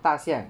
大象